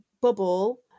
bubble